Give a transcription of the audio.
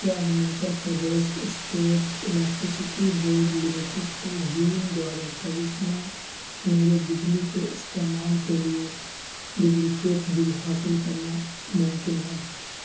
کیا Himachal Pradesh state electricity board limited سے جون دو ہزار چوبیس میں میرے بجلی کے استعمال کے لیے ڈبلیکیٹ بل حاصل کرنا ممکن ہے